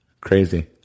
crazy